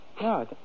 No